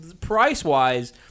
Price-wise